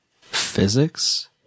Physics